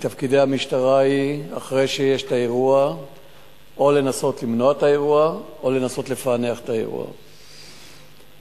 מתפקידי המשטרה או לנסות למנוע אירוע או לנסות לפענח את האירוע שקרה.